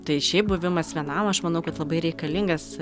tai šiaip buvimas vienam aš manau kad labai reikalingas